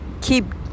Keep